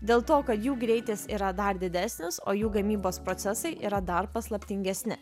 dėl to kad jų greitis yra dar didesnis o jų gamybos procesai yra dar paslaptingesni